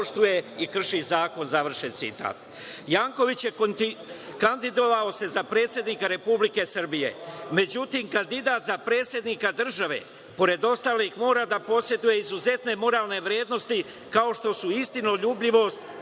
i krši zakon“.Janković se kandidovao za predsednika Republike Srbije. Međutim, kandidat za predsednika države, pored ostalih, mora da poseduje izuzetne moralne vrednosti, kao što su istinoljubivost,